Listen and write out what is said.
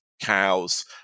cows